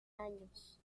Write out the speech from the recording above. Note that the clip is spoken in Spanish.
años